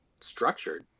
structured